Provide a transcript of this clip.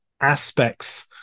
aspects